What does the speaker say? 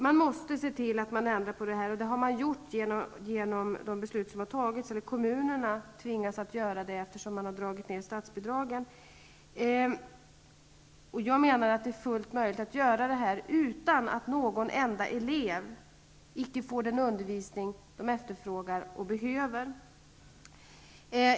Man måste se till att det blir en ändring, och det har man gjort genom det beslut som har fattats. Eftersom statsbidragen har dragits ned, är det kommunerna som tvingas genomföra denna förändring, vilket är fullt möjligt utan att någon enda elev går miste om den undervisning som han/hon efterfrågar och behöver.